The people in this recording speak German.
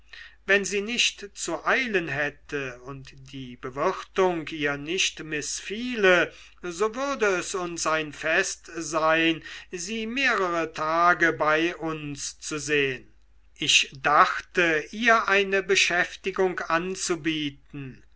wenn sie nicht zu eilen hätte und die bewirtung ihr nicht mißfiele so würde es uns ein fest sein sie mehrere tage bei uns zu sehen ich dachte ihr eine beschäftigung anzubieten